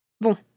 Bon